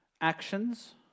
actions